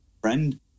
friend